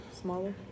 Smaller